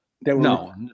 No